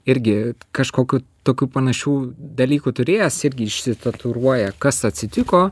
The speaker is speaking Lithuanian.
irgi kažkokių tokių panašių dalykų turėjęs irgi išsitatuiruoja kas atsitiko